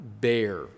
bear